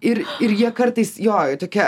ir ir jie kartais jo tokia